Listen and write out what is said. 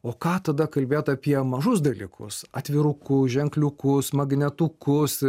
o ką tada kalbėt apie mažus dalykus atvirukus ženkliukus magnetukus